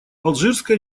алжирская